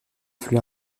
flux